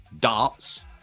Darts